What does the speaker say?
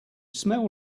smell